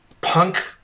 punk